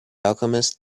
alchemist